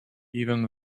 even